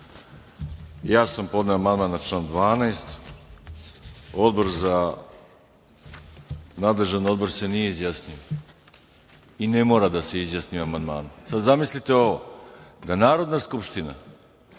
sam podneo amandman na član 12. Nadležan odbor se nije izjasnio i ne mora da se izjasni o amandmanu. Sada zamislite ovo, da Narodna skupština,